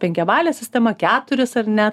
penkiabalė sistema keturis ar ne